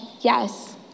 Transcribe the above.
yes